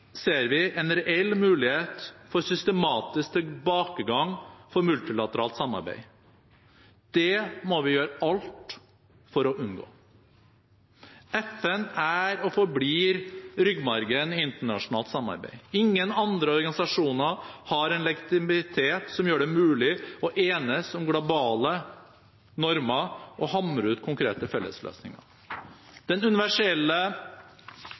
ser vi en reell mulighet for systematisk tilbakegang for multilateralt samarbeid. Det må vi gjøre alt for å unngå. FN er og forblir ryggmargen i internasjonalt samarbeid. Ingen andre organisasjoner har en legitimitet som gjør det mulig å enes om globale normer og hamre ut konkrete fellesløsninger. Den universelle